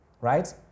right